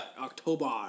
October